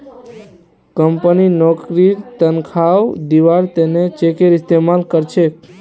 company नौकरीर तन्ख्वाह दिबार त न चेकेर इस्तमाल कर छेक